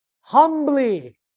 humbly